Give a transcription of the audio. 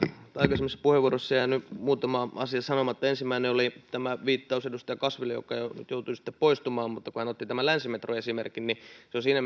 puheenvuorossani on jäänyt muutama asia sanomatta ensimmäinen oli tämä viittaus edustaja kasville joka joutui sitten poistumaan mutta kun hän otti tämän länsimetro esimerkin niin se on siinä